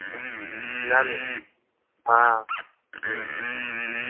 नल हाँ ह्म्म